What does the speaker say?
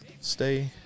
stay